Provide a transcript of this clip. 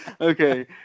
okay